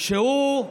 את החיקוי, שהוא,